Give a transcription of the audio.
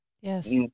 Yes